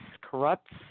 corrupt